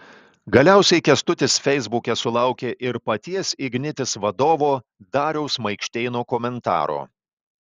galiausiai kęstutis feisbuke sulaukė ir paties ignitis vadovo dariaus maikštėno komentaro